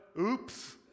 oops